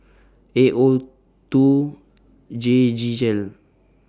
A O two G G L